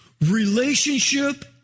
relationship